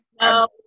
no